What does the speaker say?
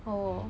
oh